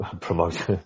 Promote